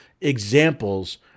examples